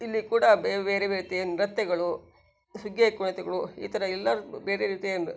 ಇಲ್ಲಿ ಕೂಡ ಬೇರೆ ಬೇರೆ ರೀತಿಯ ನೃತ್ಯಗಳು ಸುಗ್ಗಿಯ ಕುಣಿತಗಳು ಈ ಥರ ಎಲ್ಲ ಬೇರೆ ರೀತಿಯ